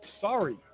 Sorry